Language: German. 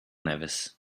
nevis